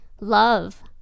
love